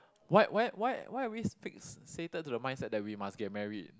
why why why why are we fixated to the mindset that we must get married